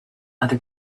other